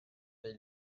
mais